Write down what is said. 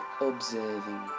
observing